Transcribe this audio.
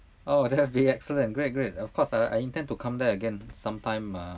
oh that would be excellent great great of course uh I intend to come there again some time uh